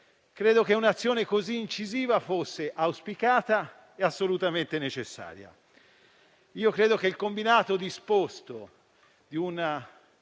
avviso, un'azione così incisiva era auspicata ed assolutamente necessaria. Io credo che il combinato disposto di una